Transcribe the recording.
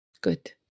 Good